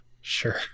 Sure